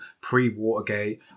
pre-watergate